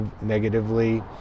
negatively